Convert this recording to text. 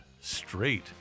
straight